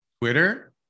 twitter